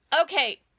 okay